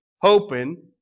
hoping